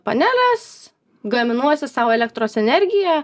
paneles gaminuosi sau elektros energiją